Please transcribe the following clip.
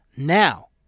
Now